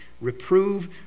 reprove